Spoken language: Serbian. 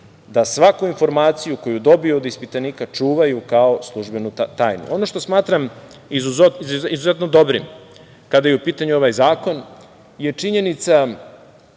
da svaku informaciju koju dobiju od ispitanika čuvaju kao službenu tajnu. Ono što smatram izuzetno dobrim kada je u pitanju ovaj zakon je činjenica